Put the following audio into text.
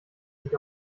sich